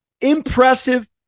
Impressive